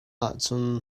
ahcun